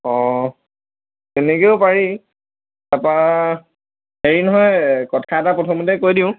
অঁ তেনেকৈয়ো পাৰি তাৰপৰা হেৰি নহয় কথা এটা প্ৰথমতেই কৈ দিওঁ